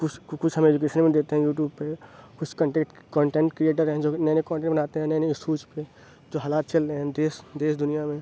کچھ کچھ ہمیں ایجوکیشن میں دیتے ہیں یوٹیوب پہ کچھ کنٹکٹ کانٹینٹ کریٹر ہیں جو کہ نئے نئے کانٹینٹ بناتے ہیں نئے نئے ایشوز پہ جو حالات چل رہے ہیں دیش دیش دنیا میں